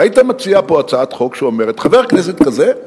והיית מציע פה הצעת חוק שאומרת: חבר כנסת כזה,